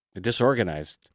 disorganized